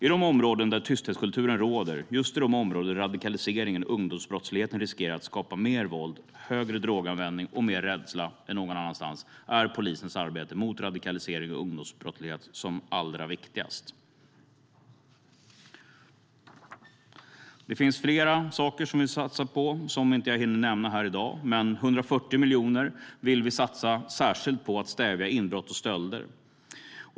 I de områden där tysthetskulturen råder, just i de områden där radikaliseringen och ungdomsbrottsligheten riskerar att skapa mer våld, högre droganvändning och mer rädsla än någon annanstans, är polisens arbete mot radikalisering och ungdomsbrottslighet som allra viktigast. Det finns flera saker som vi vill satsa på som jag inte hinner nämna här i dag. Vi vill satsa 140 miljoner särskilt på att stävja inbrott och stölder.